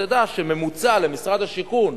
שבממוצע למשרד השיכון